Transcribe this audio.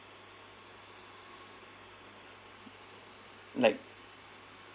like